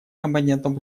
компонентом